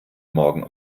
morgen